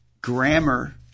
grammar